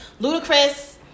Ludacris